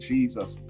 Jesus